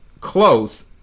close